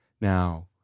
Now